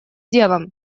делом